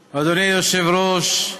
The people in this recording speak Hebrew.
היושב-ראש,